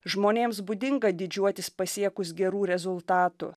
žmonėms būdinga didžiuotis pasiekus gerų rezultatų